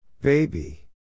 Baby